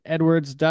Edwards